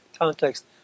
context